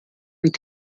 mit